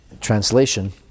translation